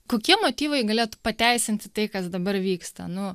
kokie motyvai galėtų pateisinti tai kas dabar vyksta nu